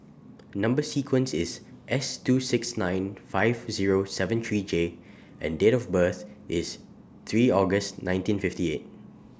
Number sequence IS S two six nine five Zero seven three J and Date of birth IS three August nineteen fifty eight